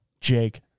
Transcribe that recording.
Jake